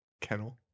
Kennel